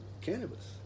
cannabis